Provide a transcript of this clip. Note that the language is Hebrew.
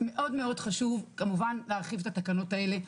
מאוד חשוב, כמובן, להרחיב את התקנות האלה.